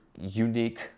unique